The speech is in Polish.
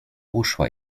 uszła